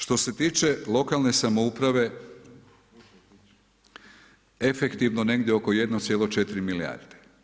Što se tiče lokalne samouprave efektivno negdje oko 1,4 milijarde.